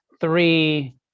three